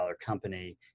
company